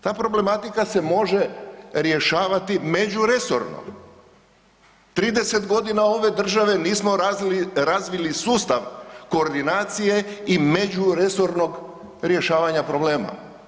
Ta problematika se može rješavati međuresorno, 30.g. ove države nismo razvili sustav koordinacije i međuresornog rješavanja problema.